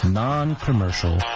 non-commercial